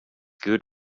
good